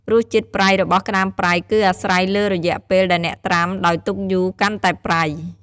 រសជាតិប្រៃរបស់ក្ដាមប្រៃ គឺអាស្រ័យលើរយៈពេលដែលអ្នកត្រាំ ដោយទុកយូរកាន់តែប្រៃ។